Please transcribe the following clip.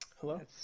Hello